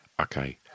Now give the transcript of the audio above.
Okay